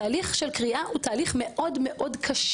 תהליך של קריאה, הוא תהליך מאוד קשה.